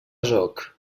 joc